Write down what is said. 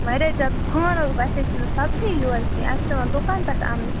واریاہ زیادٕ فان حظ گوٚو اَسہِ حظ چھِنہٕ سبزی یورٕ کیٚنہہ اَسہِ چھِ پٮ۪وان دُکان پٮ۪ٹھٕ اَنٕنۍ